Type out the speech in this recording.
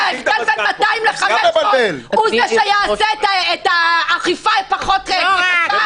שההבדל בין 200 ל-500 הוא זה שיעשה את האכיפה פחות קשה?